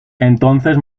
entonces